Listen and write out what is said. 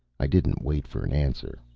i didn't wait for an answer.